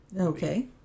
okay